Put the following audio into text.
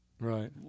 Right